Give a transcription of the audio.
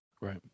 Right